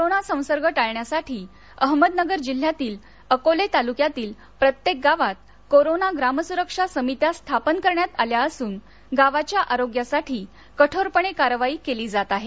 corona संसर्ग टाळण्यासाठी अहमदनगर जिल्ह्यातील अकोले तालुक्यातील प्रत्येक गावात कोरोना ग्राम सुरक्षा समित्या स्थापन करण्यात आल्या असून गावच्या आरोग्या साठी कठोरपणे कारवाई केली जात आहे